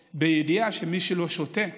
בידיעה שמי שלא שותה מת.